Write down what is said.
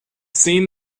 seen